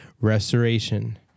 restoration